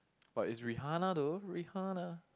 but it's Rihanna though Rihanna